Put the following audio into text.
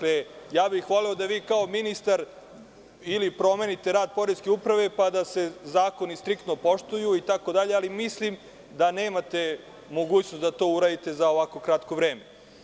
Voleo bih da vi, kao ministar, ili promenite rad poreske uprave, pa da se zakoni striktno poštuju itd, ali mislim da nemate mogućnost da to uradite za ovako kratko vreme.